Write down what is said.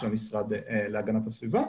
של המשרד להגנת הסביבה,